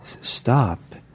stop